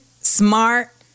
smart